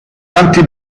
tanti